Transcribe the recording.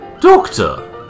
Doctor